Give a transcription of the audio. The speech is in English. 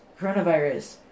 coronavirus